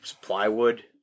Plywood